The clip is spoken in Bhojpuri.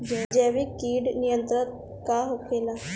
जैविक कीट नियंत्रण का होखेला?